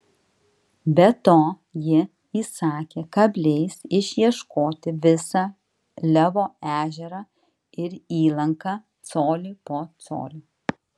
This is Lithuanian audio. be to ji įsakė kabliais išieškoti visą levo ežerą ir įlanką colį po colio